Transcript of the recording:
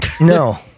No